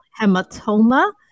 hematoma